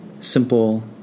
simple